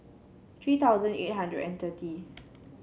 three thousand eight hundred and thirty